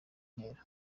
ntera